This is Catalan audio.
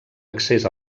accés